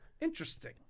Interesting